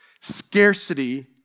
Scarcity